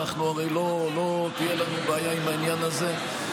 הרי לא תהיה לנו בעיה עם העניין הזה.